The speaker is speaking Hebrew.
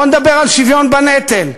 בוא נדבר על השוויון בנטל,